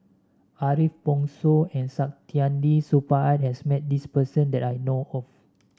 Ariff Bongso and Saktiandi Supaat has met this person that I know of